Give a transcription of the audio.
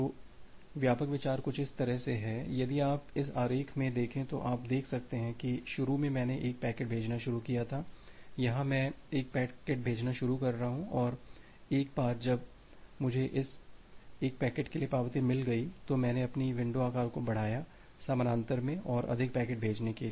तो व्यापक विचार कुछ इस तरह से है यदि आप इस आरेख में देखें तो आप देख सकते हैं कि शुरू में मैंने 1 पैकेट भेजना शुरू किया था यहाँ मैं 1 पैकेट भेजना शुरू कर रहा हूँ और एक बार जब मुझे उस 1 पैकेट के लिए पावती मिल गई तो मैंने अपनी विंडो आकार को बढाया समानांतर में और अधिक पैकेट भेजने के लिए